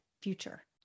future